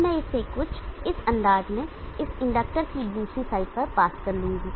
अब मैं इसे कुछ इस अंदाज में इसे इंडक्टर की दूसरी साइड पर पास कर लूंगा